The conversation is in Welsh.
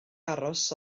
aros